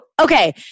okay